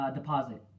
deposit